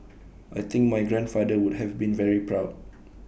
I think my grandfather would have been very proud